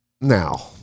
Now